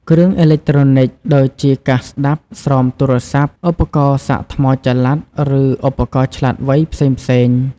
គ្រឿងអេឡិចត្រូនិចដូចជាកាសស្ដាប់ ស្រោមទូរស័ព្ទ ឧបករណ៍សាកថ្មចល័ត ឬឧបករណ៍ឆ្លាតវៃផ្សេងៗ។